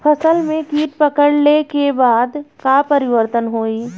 फसल में कीट पकड़ ले के बाद का परिवर्तन होई?